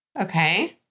Okay